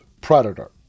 Predator